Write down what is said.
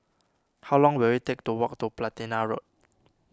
how long will it take to walk to Platina Road